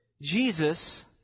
Jesus